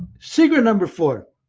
secret number four.